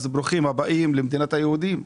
ברוכים הבאים למדינת היהודים.